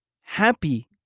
happy